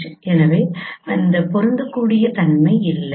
எனவே அந்த பொருந்தக்கூடிய தன்மை இல்லை